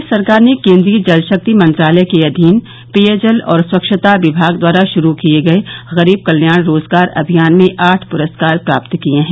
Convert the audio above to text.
प्रदेश सरकार ने केंद्रीय जल शक्ति मंत्रालय के अधीन पेयजल और स्वच्छता विभाग द्वारा शुरू किए गए गरीब कल्याण रोजगार अभियान में आठ पुरस्कार प्राप्त किए हैं